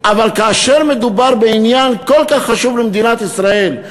אבל כאשר מדובר בעניין כל כך חשוב למדינת ישראל,